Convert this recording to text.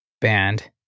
band